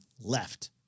left